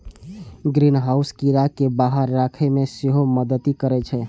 greenhouse कीड़ा कें बाहर राखै मे सेहो मदति करै छै